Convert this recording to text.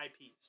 ips